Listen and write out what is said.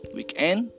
Weekend